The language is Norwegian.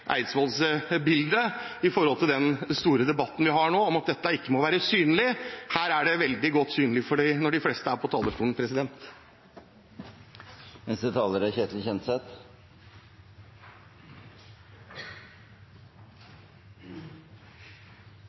den store debatten vi har nå om at dette ikke må være synlig. Her er det veldig godt synlig når de fleste er på talerstolen.